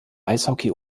eishockey